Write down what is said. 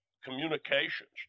Communications